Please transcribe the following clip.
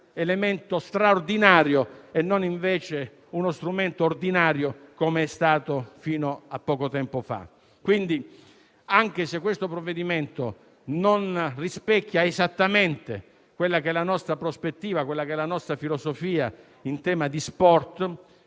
elemento straordinario e non invece uno strumento ordinario, come è stato fino a poco tempo fa. Quindi, anche se il provvedimento in esame non rispecchia esattamente la nostra prospettiva e la nostra filosofia in tema di sport,